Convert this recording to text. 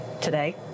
today